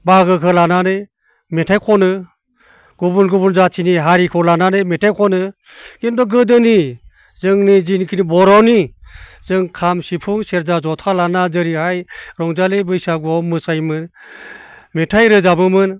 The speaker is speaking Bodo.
बाहागोखौ लानानै मेथाइ खनो गुबुन गुबुन जाथिनि हारिखौ लानानै मेथाइ खनो खिन्थु गोदोनि जोंनि जिखिनि बर'नि जों खाम सिफुं सेरजा जथा लाना जेरैहाय रंजालि बैसागोआव मोसायोमोन मेथाइ रोजाबोमोन